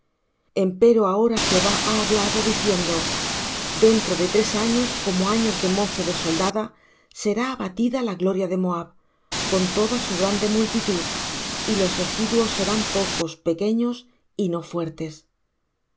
tiempo empero ahora jehová ha hablado diciendo dentro de tres años como años de mozo de soldada será abatida la gloria de moab con toda su grande multitud y los residuos serán pocos pequeños y no fuertes